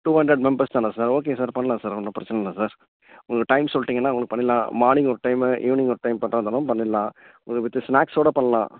two hundred members தானா sir okay sir பண்லாம் sir ஒன்றும் பிரச்சனை இல்லை சார் உங்களுக்கு டைம் சொல்லிடீங்கன்னா உங்களுக்கு பண்ணிடலாம் மார்னிங் ஒரு டைமு ஈவ்னிங் ஒரு டைம் பண்றதாக இருந்தாலும் பண்ணிரலாம் உங்களுக்கு வித் ஸ்நாக்ஸோட பண்ணலாம்